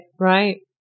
Right